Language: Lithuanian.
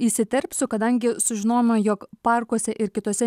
įsiterpsiu kadangi sužinojoma jog parkuose ir kitose